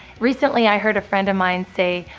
recently, i heard a friend of mine say,